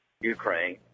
Ukraine